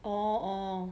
orh orh